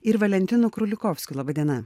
ir valentinu krulikovskiu laba diena